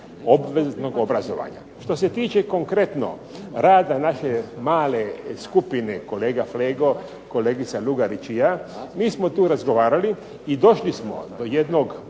obveznog obrazovanja. Što se tiče konkretno rada naše male skupine kolega Flego, kolegica Lugarić i ja, mi smo tu razgovarali i došli smo do jednog